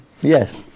Yes